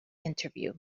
interview